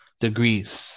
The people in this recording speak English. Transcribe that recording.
degrees